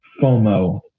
FOMO